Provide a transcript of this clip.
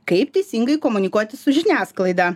kaip teisingai komunikuoti su žiniasklaida